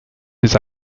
his